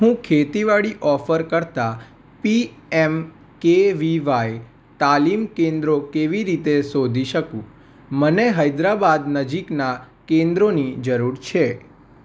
હું ખેતીવાડી ઓફર કરતા પીએમકેવીવાય તાલીમ કેન્દ્રો કેવી રીતે શોધી શકું મને હૈદરાબાદ નજીકના કેન્દ્રોની જરૂર છે